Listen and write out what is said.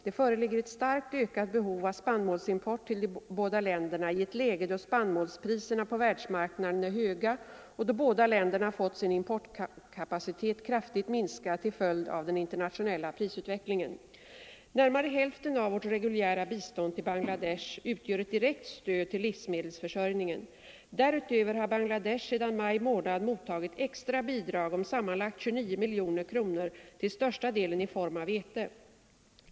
Det föreligger ett starkt ökat behov av spannmålsimport till båda länderna i ett läge då spannmålspriserna på världsmarknaden är höga och då båda länderna fått sin importkapacitet kraftigt minskad till följd av den internationella prisutvecklingen. Närmare hälften av vårt reguljära bistånd till Bangladesh utgör ett direkt stöd till livsmedelsförsörjningen. Därutöver har Bangladesh sedan maj månad mottagit extra bidrag om sammanlagt 29 miljoner kronor, till största delen i form av vete.